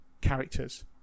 characters